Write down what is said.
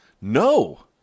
No